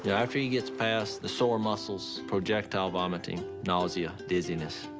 yeah after he gets past the sore muscles, projectile vomiting, nausea, dizziness,